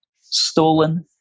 stolen